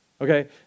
Okay